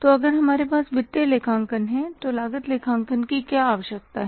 तो अगर हमारे पास वित्तीय लेखांकन है तो लागत लेखांकन की क्या आवश्यकता है